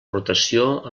rotació